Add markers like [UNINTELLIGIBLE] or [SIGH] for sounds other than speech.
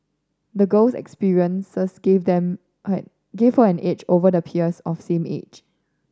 the girl's experiences gave them [UNINTELLIGIBLE] gave her an edge over the peers of same age